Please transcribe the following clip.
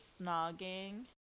snogging